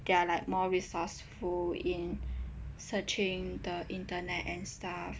they are like more resourceful in searching the internet and stuff